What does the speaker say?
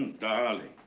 darling.